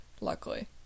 Luckily